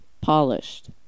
Polished